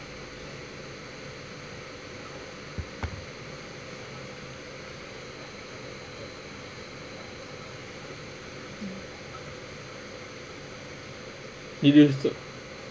it is to